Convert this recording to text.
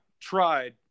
tried